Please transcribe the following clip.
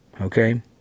Okay